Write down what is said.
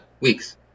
weeks